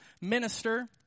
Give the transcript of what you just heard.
minister